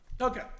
Okay